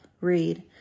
read